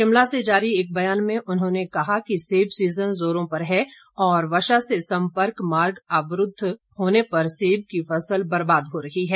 शिमला से जारी एक बयान में उन्होंने कहा कि सेब सीजन जोरो पर हैं और वर्षा से सम्पर्क मार्ग बंद होने पर सेब की फसल बर्बाद हो रही है